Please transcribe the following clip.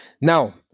Now